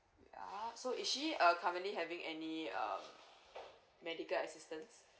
ah so is she uh currently having any uh medical assistance